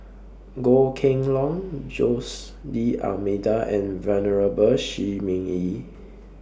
Goh Kheng Long Jose D'almeida and Venerable Shi Ming Yi